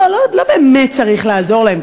לא באמת צריך לעזור להם,